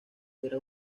era